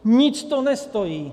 Nic to nestojí.